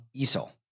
ESOL